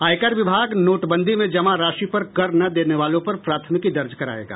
आयकर विभाग नोटबंदी में जमा राशि पर कर न देने वालों पर प्राथमिकी दर्ज करायेगा